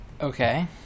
Okay